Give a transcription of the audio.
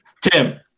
Tim